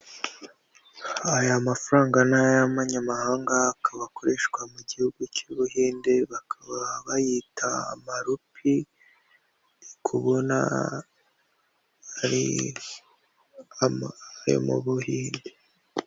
Aya mafaranga ni ay'amanyamahanga akaba akoreshwa mu gihugu cy'u Buhinde bakaba bayita amarupi ndi kubona ari ayo mu Buhinde.